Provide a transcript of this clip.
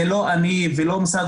זה לא אני ולא משרד